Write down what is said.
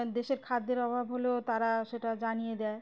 দেশের খাদ্যের অভাব হলেও তারা সেটা জানিয়ে দেয়